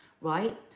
right